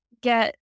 Get